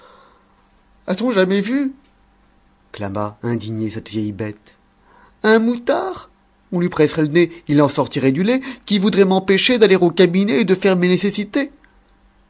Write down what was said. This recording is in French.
a-t-on jamais vu clama indignée cette vieille bête un moutard on lui presserait le nez il en sortirait du lait qui voudrait m'empêcher d'aller aux cabinets et de faire mes nécessités